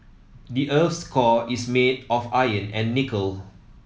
the earth's core is made of iron and nickel